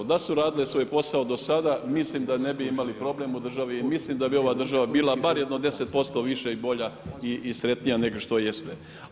Da su radile svoj posao do sada, mislim da ne bi imali problem u držati i mislim da bi ova država bila bar jedno 10% više i bolja i sretnija nego što jeste.